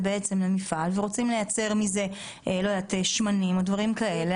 למפעל ורוצים לייצר מזה שמנים או דברים כאלה,